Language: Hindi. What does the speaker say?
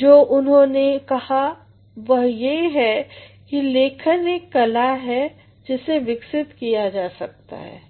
जो उन्होंने कहा वह ये है कि लेखन एक कला है जिसे विकसित किया जाता है